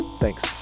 Thanks